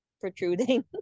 protruding